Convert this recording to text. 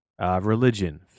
Religion